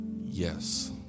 Yes